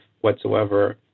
whatsoever